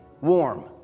warm